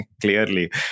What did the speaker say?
clearly